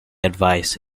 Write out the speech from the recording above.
advice